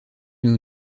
nous